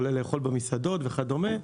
עולה לאכול במסעדות וכדומה.